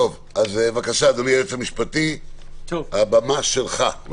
בבקשה אדוני היועץ המשפטי, הבמה שלך.